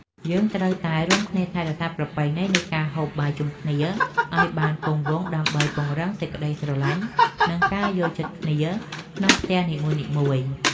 យើងត្រូវតែរួមគ្នាថែរក្សាប្រពៃណីនៃការហូបបាយជុំគ្នាឲ្យបានគង់វង្សដើម្បីពង្រឹងសេចក្តីស្រលាញ់និងការយល់ចិត្តគ្នាក្នុងផ្ទះនីមួយៗ។